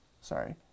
sorry